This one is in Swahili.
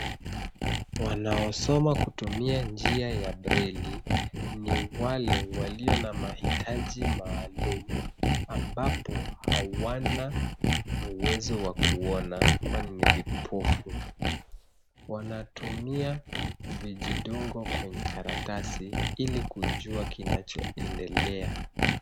Wanaosoma kutumia njia ya breli ni wale walio na mahitaji maalum ambapo hawana uwezo wa kuona kwani ni vipofu. Wantumia vijidungo kwenye karatasi ili kujua kinachoendelea.